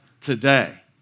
today